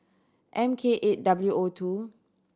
M K eight W O two